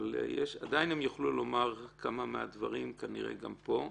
אבל עדיין הם יוכלו לומר כמה מהדברים כנראה גם פה.